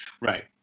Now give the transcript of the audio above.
Right